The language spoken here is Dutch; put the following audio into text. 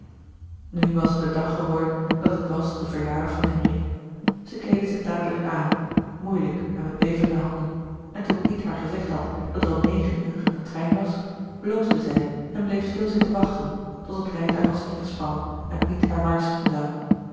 nu was het de dag geworden dat het was de verjaardag van henri zij kleedde zich dadelijk aan moeilijk en met bevende handen en toen piet haar gezegd had dat er om negen uur een trein was bloosde zij en bleef stil zitten wachten tot het rijtuig was ingespannen en piet haar waarschuwen zoû